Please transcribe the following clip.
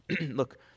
Look